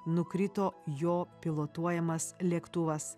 nukrito jo pilotuojamas lėktuvas